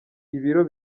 ibiro